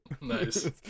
Nice